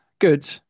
good